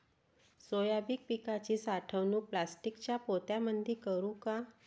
Soybean पिकाची साठवणूक प्लास्टिकच्या पोत्यामंदी करू का?